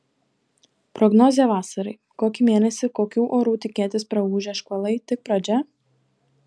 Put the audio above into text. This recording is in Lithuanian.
prognozė vasarai kokį mėnesį kokių orų tikėtis praūžę škvalai tik pradžia